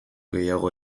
gehiago